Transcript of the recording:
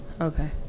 Okay